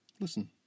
Listen